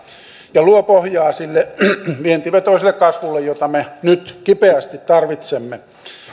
ja luo pohjaa sille vientivetoiselle kasvulle jota me nyt kipeästi tarvitsemme